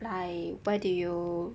like why do you